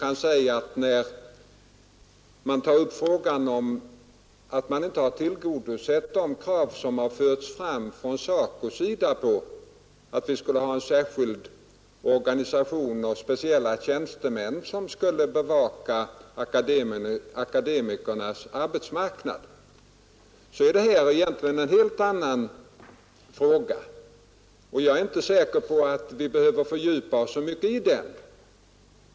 Herr Wijkman gör emellertid gällande att man inte har tillgodosett de krav som har förts fram av SACO på att vi skulle ha en särskild organisation med speciella tjänstemän som skulle bevaka akademikernas arbetsmarknad. Det är egentligen en helt annan fråga än den aktuella, och jag är inte säker på att vi behöver fördjupa oss så mycket i den.